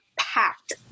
packed